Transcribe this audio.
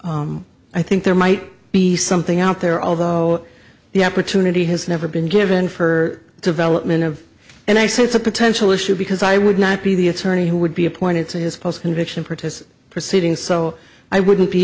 and i think there might be something out there although the opportunity has never been given for development of and i say it's a potential issue because i would not be the attorney who would be appointed to his post conviction protest proceeding so i wouldn't be